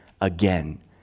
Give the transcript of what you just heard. again